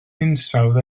hinsawdd